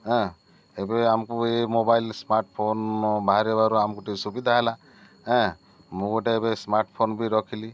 ହଁ ଏବେ ଆମକୁ ଏ ମୋବାଇଲ୍ ସ୍ମାର୍ଟଫୋନ୍ ବାହାରିବାରୁ ଆମକୁ ଟିକେ ସୁବିଧା ହେଲା ଏଁ ମୁଁ ଗୋଟେ ଏବେ ସ୍ମାର୍ଟଫୋନ୍ ବି ରଖିଲି